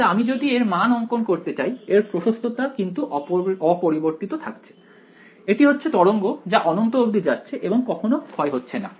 কিন্তু আমি যদি এর মান অঙ্কন করতে চাই এর প্রশস্ততা কিন্তু অপরিবর্তিত থাকছে এটি হচ্ছে তরঙ্গ যা অনন্ত অবধি যাচ্ছে এবং কখনও ক্ষয় হচ্ছে না